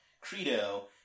credo